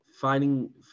finding